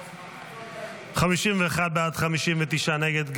51 בעד, 59 נגד.